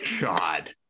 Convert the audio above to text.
God